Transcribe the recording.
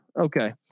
Okay